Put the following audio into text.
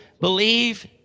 believe